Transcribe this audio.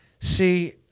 See